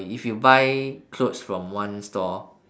if you buy clothes from one store